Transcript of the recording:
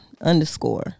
underscore